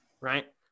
right